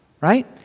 right